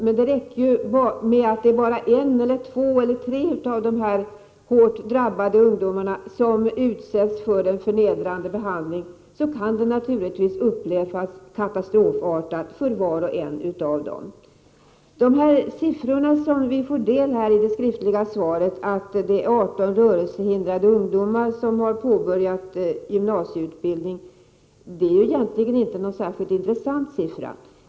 Men det räcker ju med att det bara är en, två eller tre av dessa hårt drabbade ungdomar som utsätts för en förnedrande behandling för att det skall upplevas som katastrofartat för var och en av dem. Uppgiften i det skriftliga svaret om att det är 18 rörelsehindrade ungdomar som har påbörjat gymnasieutbildning är inte särskilt intressant.